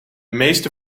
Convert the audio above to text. meeste